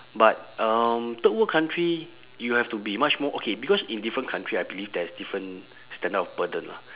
but um third world country you have to be much more okay because in different country I believe there is different standard of burden lah